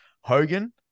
Hogan